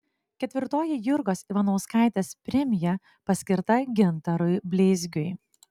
ketvirtoji jurgos ivanauskaitės premija paskirta gintarui bleizgiui